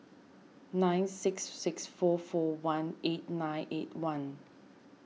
nine six six four four one eight nine eight one